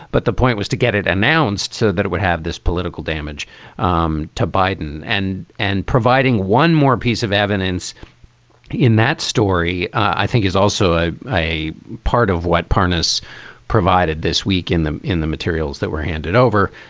but the point was to get it announced so that it would have this political damage um to biden. and and providing one more piece of evidence in that story, i think is also a part of what parness provided this week in the in the materials that were handed over.